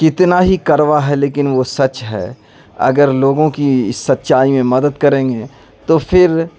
کتنا ہی کڑوا ہے لیکن وہ سچ ہے اگر لوگوں کی اس سچائی میں مدد کریں گے تو پھر